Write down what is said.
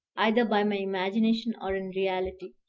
either by my imagination or in reality,